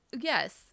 Yes